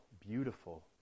beautiful